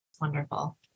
Wonderful